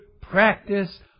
practice